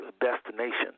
destination